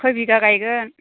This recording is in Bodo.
खय बिघा गायगोन